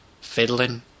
fiddling